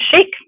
shake